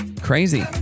crazy